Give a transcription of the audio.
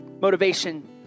motivation